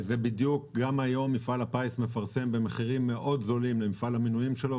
גם היום מפעל הפיס מפרסם מחירים מאוד נמוכים למפעל המנויים שלו,